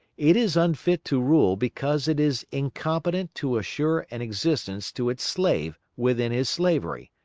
it is unfit to rule because it is incompetent to assure an existence to its slave within his slavery,